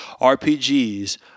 RPGs